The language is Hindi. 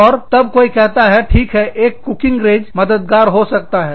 और तब कोई कहता है ठीक है एक कुकिंग रेंज मददगार हो सकता है